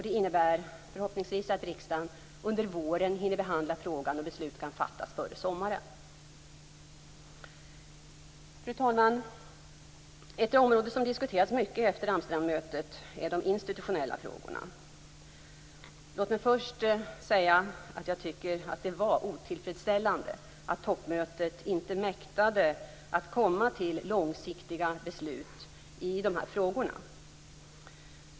Det innebär förhoppningsvis att riksdagen under våren hinner behandla frågan och att beslut kan fattas före sommaren. Fru talman! Ett område som diskuterats mycket efter Amsterdammötet är de institutionella frågorna. Låt mig först säga att jag tycker att det var otillfredsställande att toppmötet inte mäktade att komma fram till långsiktiga beslut i dessa frågor.